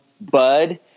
bud